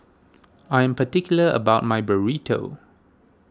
I am particular about my Burrito